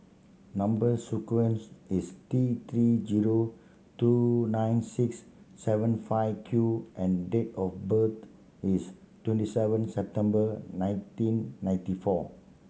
number sequence is T Three zero two nine six seven five Q and date of birth is twenty seven September nineteen ninety four